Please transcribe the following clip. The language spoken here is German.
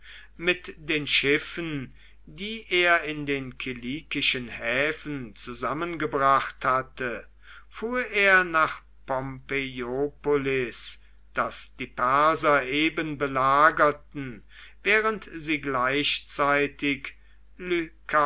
mit den schiffen die er in den kilikischen häfen zusammengebracht hatte fuhr er nach pompeiopolis das die perser eben belagerten während sie gleichzeitig